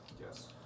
yes